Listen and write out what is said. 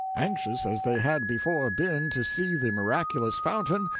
anxious as they had before been to see the miraculous fountain,